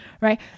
right